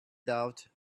doubt